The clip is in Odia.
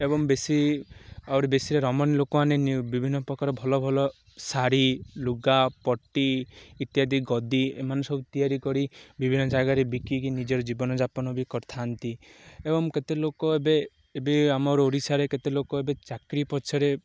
ଏବଂ ବେଶୀ ଆହୁରି ବେଶୀରେ ରମଣୀ ଲୋକମାନେ ବିଭିନ୍ନ ପ୍ରକାର ଭଲ ଭଲ ଶାଢ଼ୀ ଲୁଗାପଟି ଇତ୍ୟାଦି ଗଦି ଏମାନେ ସବୁ ତିଆରି କରି ବିଭିନ୍ନ ଜାଗାରେ ବିକିକି ନିଜର ଜୀବନଯାପନ ବି କରିଥାନ୍ତି ଏବଂ କେତେ ଲୋକ ଏବେ ଏବେ ଆମର ଓଡ଼ିଶାଠାରେ କେତେ ଲୋକ ଏବେ ଚାକିରି ପଛରେ